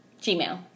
Gmail